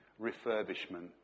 refurbishment